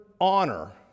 honor